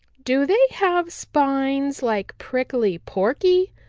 do they have spines like prickly porky?